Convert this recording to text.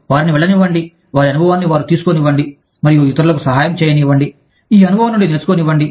వారిని వెళ్లనివ్వండి వారి అనుభవాన్ని వారు తీసుకోనివ్వండి మరియు ఇతరులకు సహాయం చేయనివ్వండి ఈ అనుభవం నుండి నేర్చుకోనివ్వండి